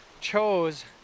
chose